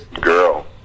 Girl